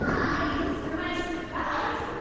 i mean for my surprise?